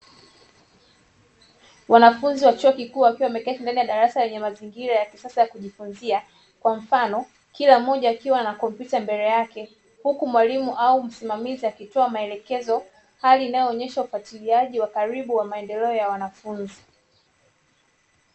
Wanafunzi wa chuo kikuu wakiwa wameketi ndani ya darasa lenye mazingira ya kisasa ya kujifunzia kwa mfano, kila mmoja akiwa na kompyuta mbele yake huku mwalimu au msimamiza akitoa maelekezo. Hali inayoonyesha ufatiliaji wa karibu wa maendeleo ya wanafunzi.